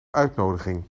uitnodiging